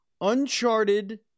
Uncharted